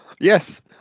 Yes